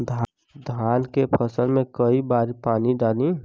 धान के फसल मे कई बारी पानी डाली?